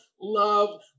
love